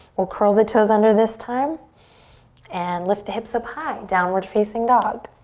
we'll curl the toes under this time and lift the hips up high, downward facing dog.